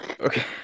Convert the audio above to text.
Okay